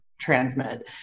transmit